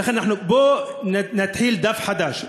בוא נתחיל דף חדש.